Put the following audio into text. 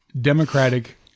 Democratic